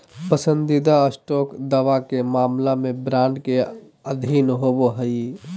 पसंदीदा स्टॉक दावा के मामला में बॉन्ड के अधीन होबो हइ